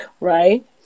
right